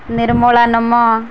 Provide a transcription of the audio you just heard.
ନିର୍ମୂଳା ନମ